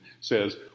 says